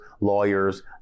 lawyers